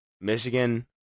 Michigan